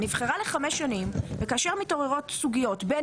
היא נבחרה לחמש שנים וכאשר מתעוררות סוגיות בין